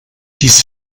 dies